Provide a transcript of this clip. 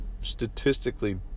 statistically